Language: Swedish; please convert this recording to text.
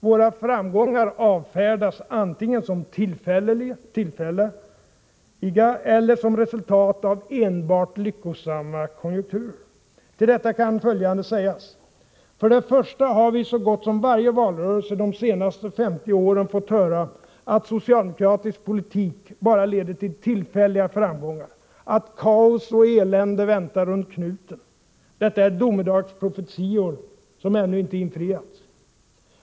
Våra framgångar avfärdas antingen som tillfälliga eller som resultat av enbart lyckosamma konjunkturer. Till detta kan följande sägas: För det första har vi i så gott som varje valrörelse de senaste 50 åren fått höra att socialdemokratisk politik bara leder till tillfälliga framgångar, att kaos och elände väntar runt knuten. Detta är domedagsprofetior som ännu inte infriats.